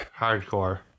hardcore